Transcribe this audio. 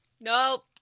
Nope